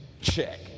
Check